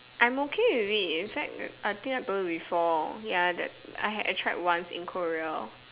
I'm okay with it in fact I think I do before ya that I have I tried once in Korea